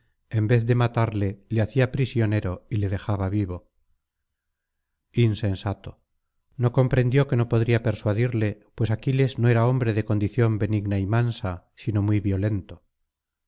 en vez de matarle le hacía prisionero y le dejaba vivo insensato no comprendió que no podría persuadirle pues aquiles no era hombre de condición benigna y mansa sino muy violento